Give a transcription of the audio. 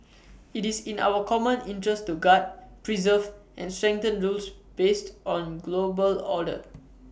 IT is in our common interest to guard preserve and strengthen rules based on global order